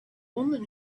woman